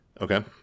Okay